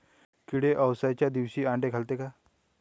किडे अवसच्या दिवशी आंडे घालते का?